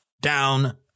down